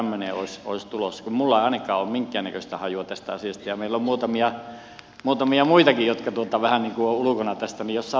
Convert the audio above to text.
kun minulla ei ainakaan ole minkäännäköistä hajua tästä asiasta ja meillä on muutamia muitakin jotka ovat vähän niin kuin ulkona tästä niin jos saataisiin tästä jotakin viestiä